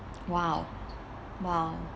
!wow! !wow!